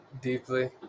Deeply